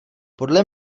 podle